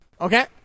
Okay